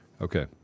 Okay